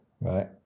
right